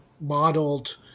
modeled